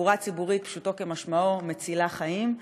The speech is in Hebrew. תחבורה ציבורית פשוטו כמשמעו מצילה חיים.